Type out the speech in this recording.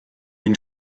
une